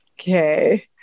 Okay